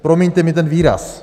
Promiňte mi ten výraz.